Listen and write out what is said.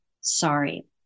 Sorry